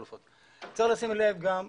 צריך לשים לב גם,